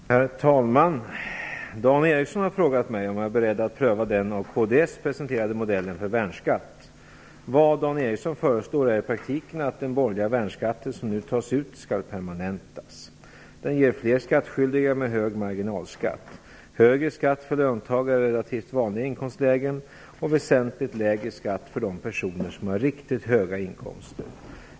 Herr talman! Dan Ericsson har frågat mig om jag är beredd att pröva den av kds presenterade modellen för värnskatt. Vad Dan Ericsson föreslår är i praktiken att den borgerliga värnskatt som nu tas ut skall permanentas. Den ger fler skattskydliga med hög marginalskatt, högre skatt för löntagare i relativt vanliga inkomstlägen och väsentligt lägre skatt för de personer som har riktigt höga inkomster.